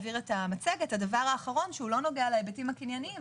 הדבר האחרון שלא נוגע להיבטים הקנייניים,